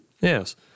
Yes